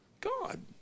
God